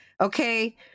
okay